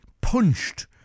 punched